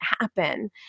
happen